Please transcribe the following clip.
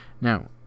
now